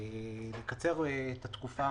לקצר את התקופה